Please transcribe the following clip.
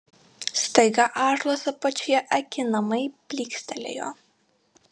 staiga ąžuolas apačioje akinamai plykstelėjo